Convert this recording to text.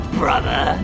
brother